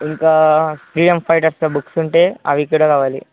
ఇంకా ఫ్రీడమ్ ఫైటర్స్ల బుక్స్ ఉంటే అవి కూడా కావాలి